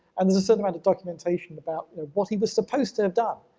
and there's a certain amount of documentation about what he was supposed to have done.